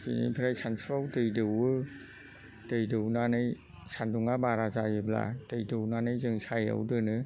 बेनिफ्राय सानसुआव दै दौवो दै दौनानै सानदुङा बारा जायोब्ला दै दौनानै जों सायहायाव दोनो